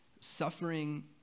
suffering